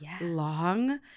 long